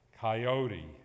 coyote